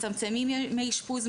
מצמצמים ימי אשפוז,